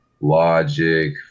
Logic